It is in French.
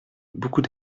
beaucoup